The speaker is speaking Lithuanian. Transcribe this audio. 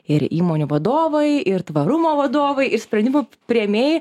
ir įmonių vadovai ir tvarumo vadovai ir sprendimų priėmėjai